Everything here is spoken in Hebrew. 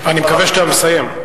אני מקווה שאתה מסיים.